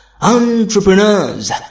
Entrepreneurs